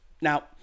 Now